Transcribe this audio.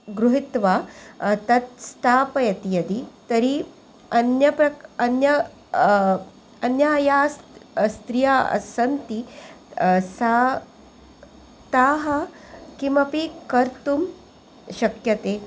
गृहीत्वा तत् स्थापयति यदि तर्हि अन्यप्र अन्यः अन्या या स्त्रियाः सन्ति सा ताः किमपि कर्तुं शक्यते